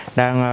đang